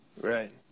Right